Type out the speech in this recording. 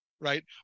right